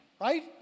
right